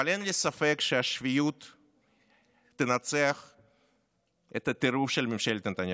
אבל אין לי ספק שהשפיות תנצח את הטירוף של ממשלת נתניהו.